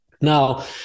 now